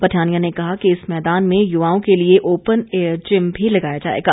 पठानिया ने कहा कि इस मैदान में युवाओं के लिए ओपन ऐयर जिम भी लगाया जाएगा